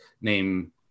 name